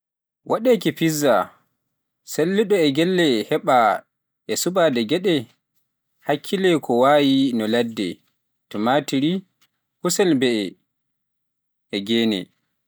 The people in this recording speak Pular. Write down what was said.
Waɗeeki pizza celluɗo e galle heɓee e suɓaade geɗe hakkille ko wayi no Leɗɗe, tomatiri, kusel mbe'e e ngene.